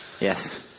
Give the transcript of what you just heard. Yes